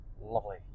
lovely